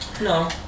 No